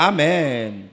Amen